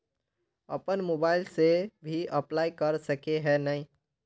अपन मोबाईल से भी अप्लाई कर सके है नय?